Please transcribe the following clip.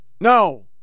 no